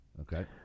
Okay